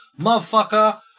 motherfucker